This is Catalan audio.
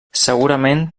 segurament